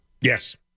Yes